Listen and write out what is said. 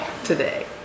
today